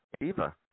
Eva